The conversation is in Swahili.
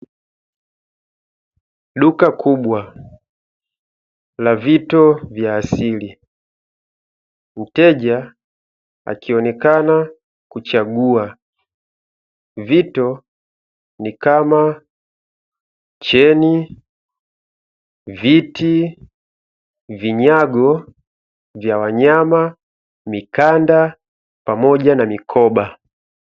Duka kubwa la vito vya asili, mteja akionekana kuchagua vito ni kama: cheni, viti, vinyago vya wanyama, mikanda pamoja na mikoba.